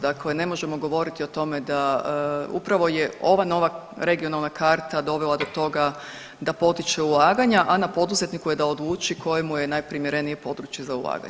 Dakle, ne možemo govoriti o tome da, upravo je ova nova regionalna karta dovela do toga da potiče ulaganja, a na poduzetniku je da odluči koje mu je najprimjerenije područje za ulaganje.